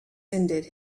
ended